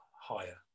higher